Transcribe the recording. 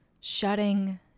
shutting